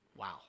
Wow